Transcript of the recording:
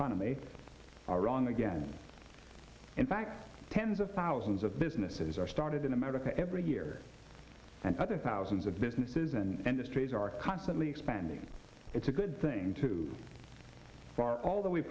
are wrong again in fact tens of thousands of businesses are started in america every year and other thousands of businesses and industries are constantly expanding it's a good thing too far although we